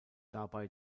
dabei